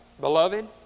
beloved